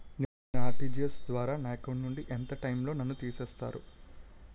నేను ఆ.ర్టి.జి.ఎస్ ద్వారా నా అకౌంట్ నుంచి ఎంత టైం లో నన్ను తిసేస్తారు?